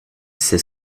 sait